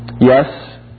Yes